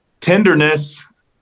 tenderness